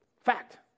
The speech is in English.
Fact